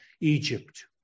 Egypt